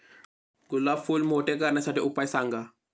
गुलाब फूल मोठे करण्यासाठी उपाय सांगा?